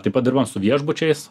taip pat dirbam su viešbučiais